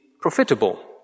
profitable